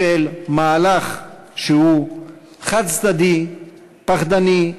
של מהלך שהוא חד-צדדי, פחדני,